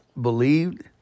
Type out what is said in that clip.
believed